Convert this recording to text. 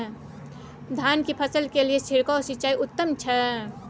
धान की फसल के लिये छिरकाव सिंचाई उत्तम छै?